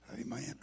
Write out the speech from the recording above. Amen